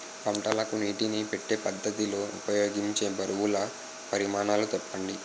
పంటలకు నీటినీ పెట్టే పద్ధతి లో ఉపయోగించే బరువుల పరిమాణాలు చెప్పండి?